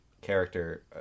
character